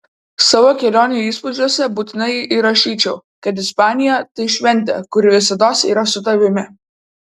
savo kelionių įspūdžiuose būtinai įrašyčiau kad ispanija tai šventė kuri visados yra su tavimi